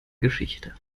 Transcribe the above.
geschichte